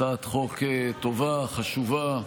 הצעת חוק חשובה וטובה,